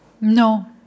No